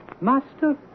Master